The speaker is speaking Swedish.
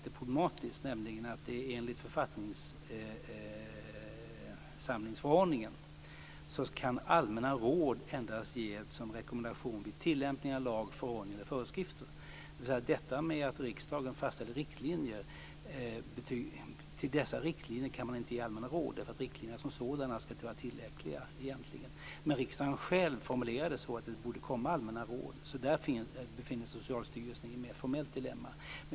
Enligt författningssamlingsförordningen kan allmänna råd endast ges som rekommendation vid tillämpning av lag, förordning eller föreskrifter. Till de riktlinjer som riksdagen fastställer kan man inte ge allmänna råd. Riktlinjerna som sådana skall egentligen vara tillräckliga. Riksdagen formulerade själv att det borde komma allmänna råd. Därmed befinner sig Socialstyrelsen i ett formellt dilemma.